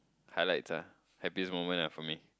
highlights ah happiest moment lah for me